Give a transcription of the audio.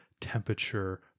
temperature